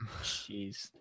Jeez